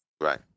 right